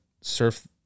surf